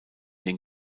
den